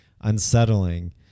unsettling